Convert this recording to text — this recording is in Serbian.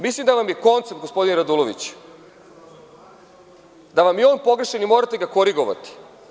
Mislim da vam je koncept, gospodine Raduloviću, pogrešan i morate ga korigovati.